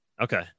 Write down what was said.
Okay